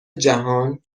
جهان